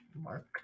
Mark